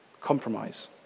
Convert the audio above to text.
Compromise